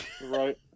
Right